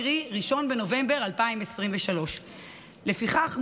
קרי 1 בנובמבר 2023. לפיכך,